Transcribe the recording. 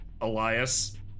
Elias